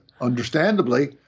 understandably